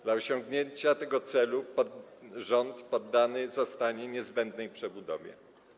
Dla osiągnięcia tego celu rząd poddany zostanie niezbędnej przebudowie.